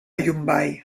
llombai